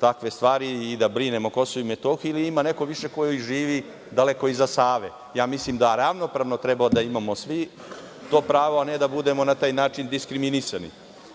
takve stvari i da brinem o Kosovu i Metohiji, ili ima neko više koji živi daleko iza Save? Ja mislim da ravnopravno treba da imamo svi to pravo, a ne da budemo na taj način diskriminisani. Mi